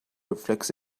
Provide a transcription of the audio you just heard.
reflects